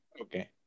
Okay